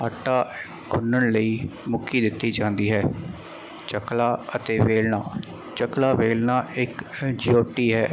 ਆਟਾ ਗੁੰਨਣ ਲਈ ਮੁੱਕੀ ਦਿੱਤੀ ਜਾਂਦੀ ਹੈ ਚੱਕਲਾ ਅਤੇ ਵੇਲਣਾ ਚੱਕਲਾ ਵੇਲਣਾ ਇੱਕ ਜੋਟੀ ਹੈ